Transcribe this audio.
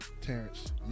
Terrence